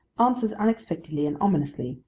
answers unexpectedly and ominously,